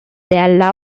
their